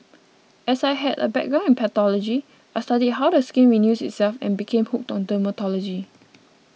as I had a background in pathology I studied how the skin renews itself and became hooked on dermatology